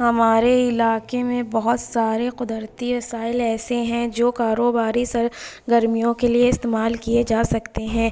ہمارے علاقے میں بہت سارے قدرتی وسائل ایسے ہیں جو کاروباری سرگرمیوں کے لیے استعمال کیے جا سکتے ہیں